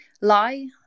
lie